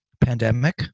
Pandemic